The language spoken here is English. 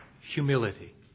humility